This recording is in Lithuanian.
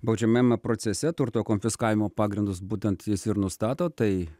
baudžiamajame procese turto konfiskavimo pagrindus būtent jis ir nustato tai